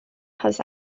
has